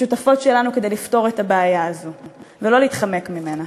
השותפות לנו כדי לפתור את הבעיה הזאת ולא להתחמק ממנה.